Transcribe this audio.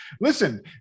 Listen